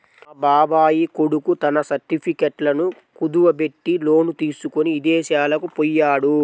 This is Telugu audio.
మా బాబాయ్ కొడుకు తన సర్టిఫికెట్లను కుదువబెట్టి లోను తీసుకొని ఇదేశాలకు పొయ్యాడు